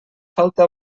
falta